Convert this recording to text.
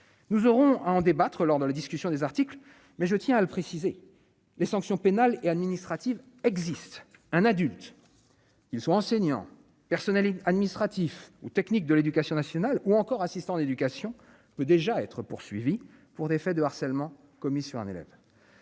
nous aurons à en débattre lors de la discussion des articles mais je tiens à le préciser les sanctions pénales et administratives existe un adulte ils sont enseignants, personnels administratifs ou techniques de l'Éducation nationale ou encore assistants d'éducation peut déjà être poursuivi pour des faits de harcèlement commis sur un élève